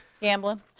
Gambling